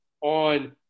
on